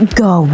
go